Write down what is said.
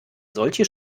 solche